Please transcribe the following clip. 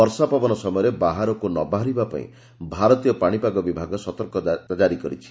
ବର୍ଷା ପବନ ସମୟରେ ବାହାରକୁ ନ ବାହାରିବା ପାଇଁ ଭାରତୀୟ ପାଶିପାଗ ବିଭାଗ ସତର୍କ କରିଛି